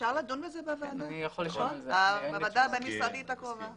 אפשר לדון בזה בוועדה הבין-משרדית הקרובה.